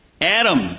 Adam